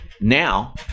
now